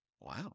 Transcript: Wow